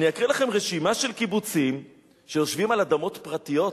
אני אקריא לכם רשימה של קיבוצים שיושבים על אדמות פרטיות,